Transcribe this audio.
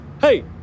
Hey